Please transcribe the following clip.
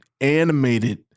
Animated